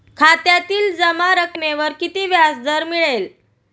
खात्यातील जमा रकमेवर किती व्याजदर मिळेल?